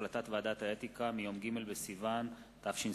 החלטת ועדת האתיקה מיום ג' בסיוון התשס"ט